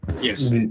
yes